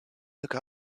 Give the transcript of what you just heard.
look